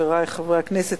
חברי חברי הכנסת,